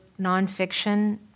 nonfiction